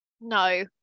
no